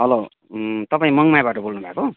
hello तपाईँ मङमयाबाट बोल्नु भएको